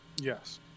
Yes